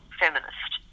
feminist